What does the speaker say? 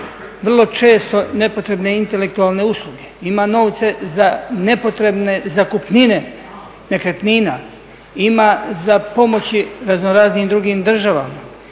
vrlo često nepotrebne intelektualne usluge, ima novce za nepotrebne zakupnine nekretnina, ima za pomoći raznoraznim drugim državama,